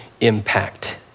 impact